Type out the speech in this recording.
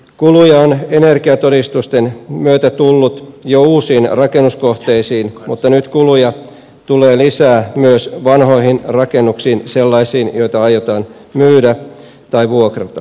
kuluja on energiatodistusten myötä tullut jo uusiin rakennuskohteisiin mutta nyt kuluja tulee lisää myös vanhoihin rakennuksiin sellaisiin joita aiotaan myydä tai vuokrata